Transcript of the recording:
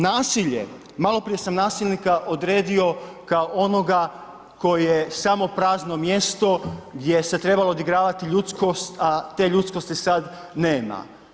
Nasilje, maloprije sam nasilnika odredio kao onoga koji je samo prazno mjesto gdje se trebalo odigravati ljudskost, a te ljudskosti sad nema.